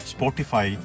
Spotify